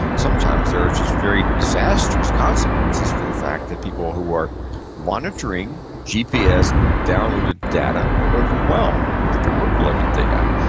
sometimes there are just very disastrous consequences for the fact that people who are monitoring gps downloaded data are overwhelmed with the workload that they have,